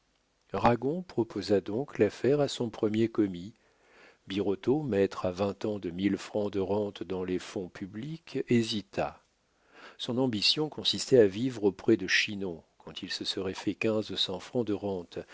ragon proposa donc l'affaire à son premier commis birotteau maître à vingt ans de mille francs de rente dans les fonds publics hésita son ambition consistait à vivre auprès de chinon quand il se serait fait quinze cents francs de rente